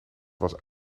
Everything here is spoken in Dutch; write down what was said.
was